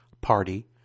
party